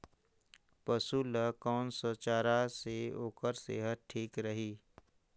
पशु ला कोन स चारा से ओकर सेहत ठीक रही?